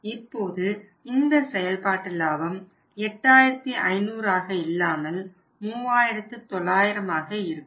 இப்போது இந்த செயல்பாட்டு லாபம் 8500 ஆக இல்லாமல் 3900 ஆக இருக்கும்